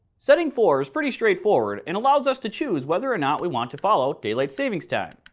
setting four is pretty straight forward and allows us to choose whether or not we want to follow daylight savings time.